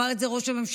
ואמר את זה ראש הממשלה,